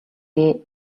дээ